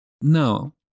no